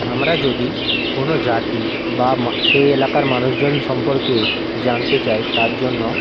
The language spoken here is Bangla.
আমরা যদি কোনো জাতি বা মা সেই এলাকার মানুষজন সম্পর্কে জানতে চায় তার জন্য